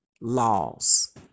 laws